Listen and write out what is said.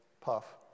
puff